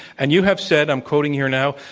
and you have said, i'm quoting here now,